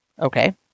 Okay